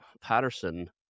Patterson